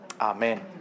Amen